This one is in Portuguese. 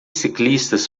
ciclistas